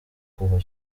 kuva